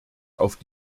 auf